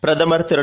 பிரதமர் திரு